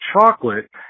chocolate